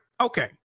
Okay